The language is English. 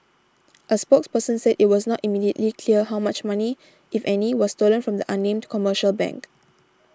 a spokesperson said it was not immediately clear how much money if any was stolen from the unnamed commercial bank